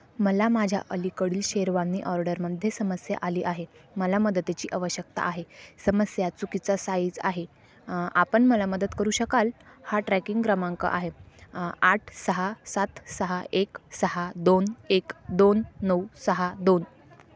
मला माझ्या अलीकडील शेरवानी ऑर्डरमध्ये समस्या आली आहे मला मदतीची आवश्यकता आहे समस्या चुकीचा साईज आहे आपण मला मदत करू शकाल हा ट्रॅकिंग क्रमांक आहे आठ सहा सात सहा एक सहा दोन एक दोन नऊ सहा दोन